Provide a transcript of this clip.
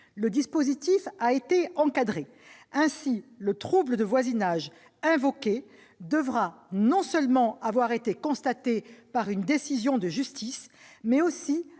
Le dispositif a été encadré. Ainsi, le trouble de voisinage invoqué devra non seulement avoir été constaté par une décision de justice, mais aussi